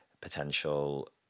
potential